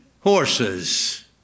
horses